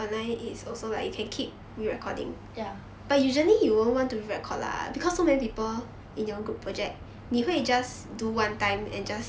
ya